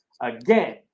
Again